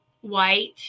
white